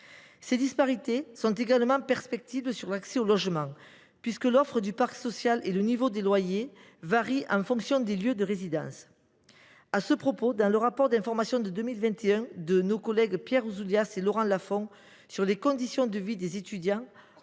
Ces disparités sont également perceptibles pour ce qui concerne l’accès au logement, puisque l’offre du parc social et le niveau des loyers varient en fonction des lieux de résidence. Ainsi, dans le rapport d’information de 2021 de nos collègues Pierre Ouzoulias et Laurent Lafon sur les conditions de la vie étudiante,